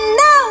no